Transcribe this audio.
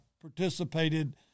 participated